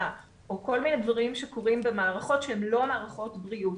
או כל מיני דברים שקורים במערכות שהן לא מערכות בריאות,